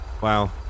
Wow